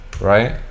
right